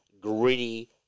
gritty